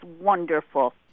wonderful